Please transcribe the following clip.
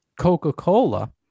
Coca-Cola